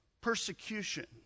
persecution